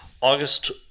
August